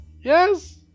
yes